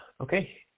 okay